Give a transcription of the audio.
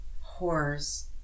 horrors